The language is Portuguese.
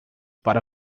para